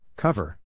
Cover